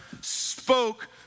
spoke